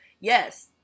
yes